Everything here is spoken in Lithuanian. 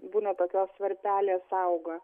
būna tokios varpelės auga